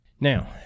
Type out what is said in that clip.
Now